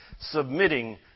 submitting